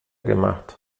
gemacht